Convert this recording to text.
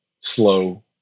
slow